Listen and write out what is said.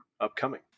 upcoming